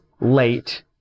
late